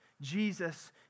Jesus